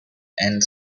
and